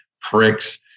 pricks